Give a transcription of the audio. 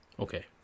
Okay